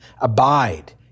abide